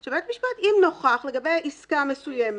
אלא "אם נוכח בית המשפט לגבי עסקה מסוימת